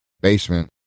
basement